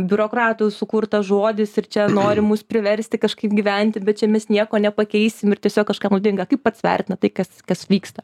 biurokratų sukurtas žodis ir čia nori mus priversti kažkaip gyventi bet čia mes nieko nepakeisim ir tiesiog kažkam naudinga kaip pats vertinat tai kas kas vyksta